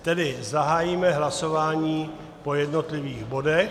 Tedy zahájíme hlasování po jednotlivých bodech.